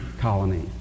colony